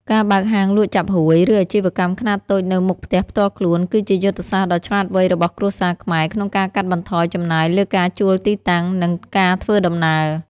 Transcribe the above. ការបើកហាងលក់ចាប់ហួយ ឬអាជីវកម្មខ្នាតតូចនៅមុខផ្ទះផ្ទាល់ខ្លួន គឺជាយុទ្ធសាស្ត្រដ៏ឆ្លាតវៃរបស់គ្រួសារខ្មែរក្នុងការកាត់បន្ថយចំណាយលើការជួលទីតាំង និងការធ្វើដំណើរ។